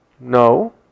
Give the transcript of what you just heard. No